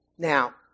Now